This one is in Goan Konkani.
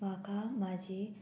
म्हाका म्हाजी